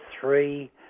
three